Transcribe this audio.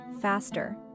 faster